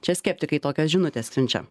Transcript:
čia skeptikai tokią žinutę siunčia